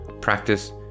practice